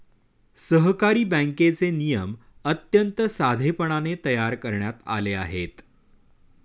सहकारी बँकेचे नियम अत्यंत साधेपणाने तयार करण्यात आले आहेत